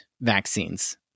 vaccines